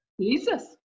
Jesus